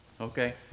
Okay